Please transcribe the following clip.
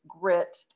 grit